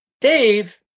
Dave